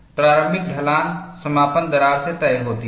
प्रारंभिक ढलान समापन दरार से तय होती है